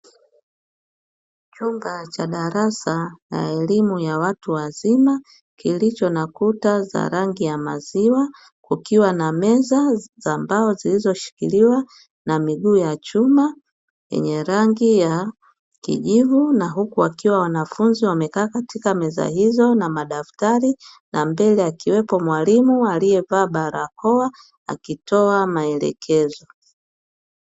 Chumba cha darasa ya elimu ya watu wazima kilicho na kuta za rangi ya maziwa kukiwa na meza za mbao zilizoshikiliwa na miguu ya chuma yenye rangi ya kijivu, na huku kukiwa na wanafunzi wamekaa katika meza hizo na madaftari na mbele akiwapo mwalimu aliyevaa barakoa akitoa maelekezo.